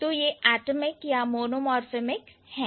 तो ये एटमिक या मोनोमोर्फेमिक हैं